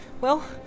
Well